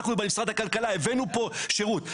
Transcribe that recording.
אנחנו ומשרד הכלכלה הבאנו פה שירות.